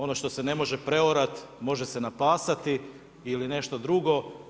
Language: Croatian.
Ono što se ne može preorati, može se napasati ili nešto drugo.